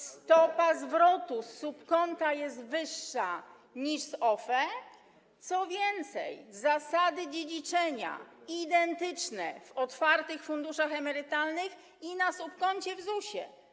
Stopa zwrotu z subkonta jest wyższa niż z OFE, co więcej, zasady dziedziczenia są identyczne w otwartych funduszach emerytalnych i na subkoncie w ZUS-ie.